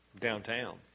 downtown